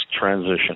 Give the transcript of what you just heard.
Transition